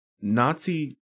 Nazi